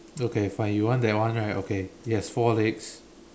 okay fine you want that one right okay it has four legs